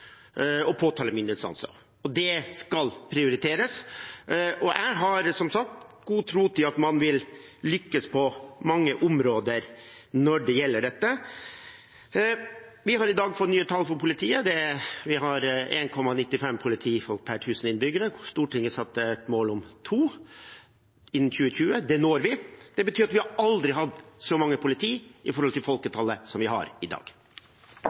og det skal prioriteres. Jeg har som sagt god tro på at man vil lykkes på mange områder når det gjelder dette. Vi har i dag fått nye tall for politiet, vi har 1,95 politifolk per 1 000 innbyggere. Stortinget satte et mål om 2 innen 2020. Det når vi. Det betyr at vi har aldri hatt så mange politifolk i forhold til folketallet som vi har i dag.